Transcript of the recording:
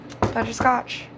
Butterscotch